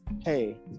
hey